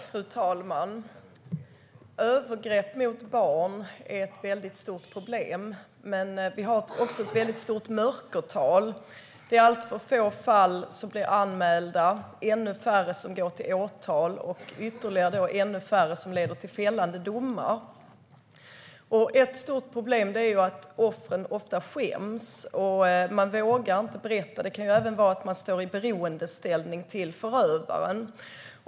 Fru talman! Övergrepp mot barn är ett väldigt stort problem, men vi har också ett stort mörkertal. Alltför få fall blir anmälda, och ännu färre går till åtal. Ytterligare färre fall leder till fällande domar. Ett stort problem är att offren ofta skäms och inte vågar berätta. Det kan även vara så att offret står i beroendeställning till förövaren.